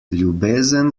ljubezen